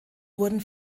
wurden